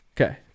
Okay